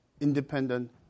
independent